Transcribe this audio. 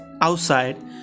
outside